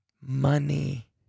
Money